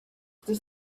this